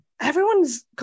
everyone's